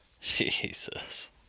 Jesus